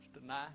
tonight